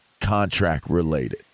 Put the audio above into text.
contract-related